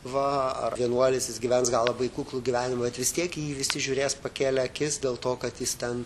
va ar vienuolis jis gyvens gal labai kuklų gyvenimą bet vis tiek į jį visi žiūrės pakėlę akis dėl to kad jis ten